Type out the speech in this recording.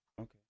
Okay